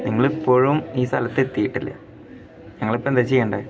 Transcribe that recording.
നിങ്ങളിപ്പോഴും ഈ സ്ഥലത്ത് എത്തിയിട്ടില്ല ഞങ്ങളിപ്പോൾ എന്താ ചെയ്യണ്ടേ